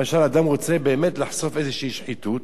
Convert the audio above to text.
למשל, אדם רוצה באמת לחשוף איזו שחיתות,